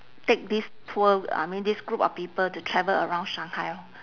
take this tour I mean this group of people to travel around shanghai lor